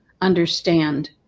understand